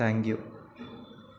thank you